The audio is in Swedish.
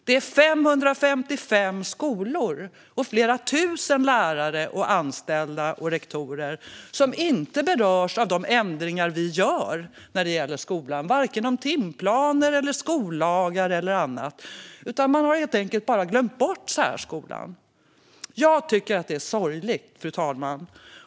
Det är 555 skolor och flera tusen lärare, anställda och rektorer som inte berörs av de ändringar som vi gör när det gäller skolan gällande timplaner, skollagar och annat. Man har helt enkelt bara glömt bort särskolan. Jag tycker att det är sorgligt, fru talman.